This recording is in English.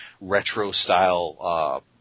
retro-style